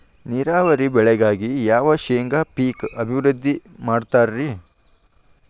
ನೇರಾವರಿ ಬೆಳೆಗಾಗಿ ಯಾವ ಶೇಂಗಾ ಪೇಕ್ ಅಭಿವೃದ್ಧಿ ಮಾಡತಾರ ರಿ?